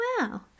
wow